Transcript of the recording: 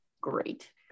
Great